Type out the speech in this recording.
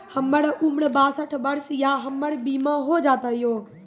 हमर उम्र बासठ वर्ष या हमर बीमा हो जाता यो?